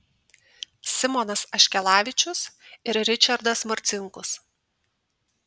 simonas aškelavičius ir ričardas marcinkus